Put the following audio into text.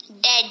dead